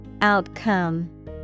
Outcome